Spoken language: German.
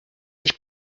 ich